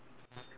yellow